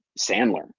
Sandler